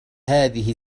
هذه